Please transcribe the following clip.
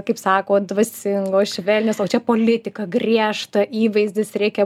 kaip sako dvasingos švelnios o čia politika griežta įvaizdis reikia